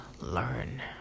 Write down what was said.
learn